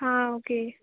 आं ओके